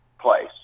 place